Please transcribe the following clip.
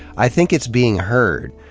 i think it's being heard.